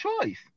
choice